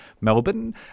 Melbourne